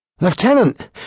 Lieutenant